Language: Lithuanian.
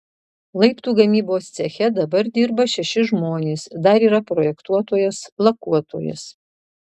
laiptų gamybos ceche dabar dirba šeši žmonės dar yra projektuotojas lakuotojas